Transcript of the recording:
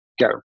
go